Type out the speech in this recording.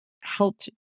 helped